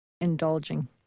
indulging